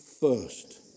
first